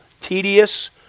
tedious